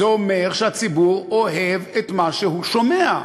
זה אומר שהציבור אוהב את מה שהוא שומע,